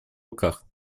руках